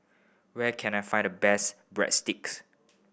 where can I find the best Breadsticks